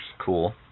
Cool